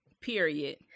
Period